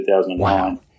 2009